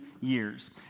years